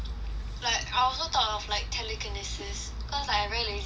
like I also thought of like telekinesis cause like I'm very lazy right